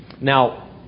Now